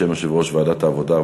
בשם יושב-ראש ועדת העבודה,